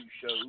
shows